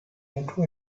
into